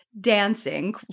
dancing